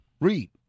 Read